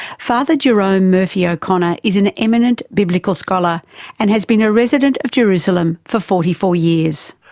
father jerome murphy o'connor is an eminent biblical scholar and has been a resident of jerusalem for forty four years.